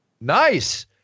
Nice